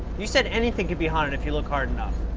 you said anything could be haunted if you look hard enough.